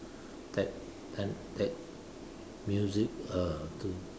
that ten that music ah turn